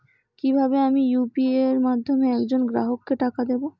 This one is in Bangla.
কিভাবে আমি ইউ.পি.আই এর মাধ্যমে এক জন গ্রাহককে টাকা দেবো?